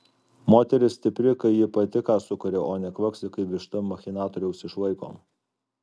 moteris stipri kai ji pati ką sukuria o ne kvaksi kaip višta machinatoriaus išlaikoma